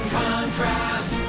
contrast